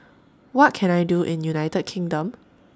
What Can I Do in United Kingdom